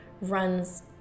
runs